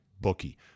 bookie